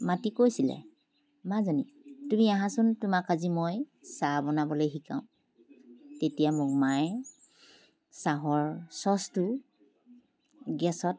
মাতি কৈছিলে মাজনী তুমি আহাঁচোন তোমাক আজি মই চাহ বনাবলৈ শিকাওঁ তেতিয়া মোক মায়ে চাহৰ ছচটো গেছত